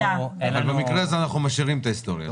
במקרה זה אנחנו משאירים את ההיסטוריה.